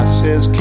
says